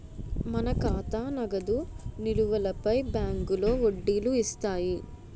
మన ఖాతా నగదు నిలువులపై బ్యాంకులో వడ్డీలు ఇస్తాయి